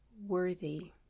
worthy